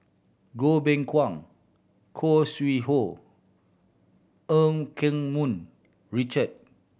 Goh Beng Kwan Khoo Sui Hoe Eu Keng Mun Richard